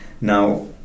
Now